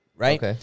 Right